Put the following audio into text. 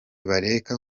bareke